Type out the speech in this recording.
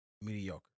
mediocre